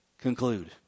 conclude